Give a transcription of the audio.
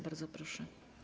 Bardzo proszę.